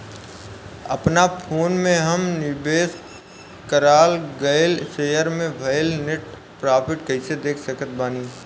अपना फोन मे हम निवेश कराल गएल शेयर मे भएल नेट प्रॉफ़िट कइसे देख सकत बानी?